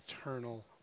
eternal